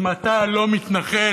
אם אתה לא מתנחל,